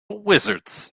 wizards